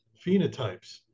phenotypes